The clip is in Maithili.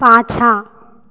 पाछाँ